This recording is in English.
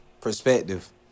perspective